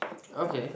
okay